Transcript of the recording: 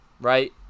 right